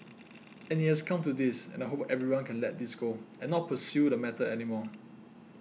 and it has come to this and I hope everyone can let this go and not pursue the matter anymore